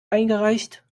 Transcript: eingereicht